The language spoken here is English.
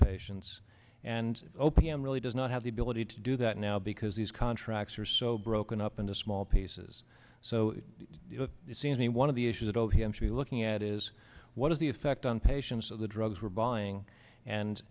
patients and o p m really does not have the ability to do that now because these contracts are so broken up into small pieces so you see any one of the issues that o p m to be looking at is what is the effect on patients of the drugs we're buying and